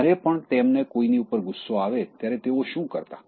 જ્યારે પણ તેમને કોઈની ઉપર ગુસ્સો આવે ત્યારે તેઓ શું કરતા